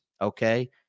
Okay